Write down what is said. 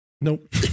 Nope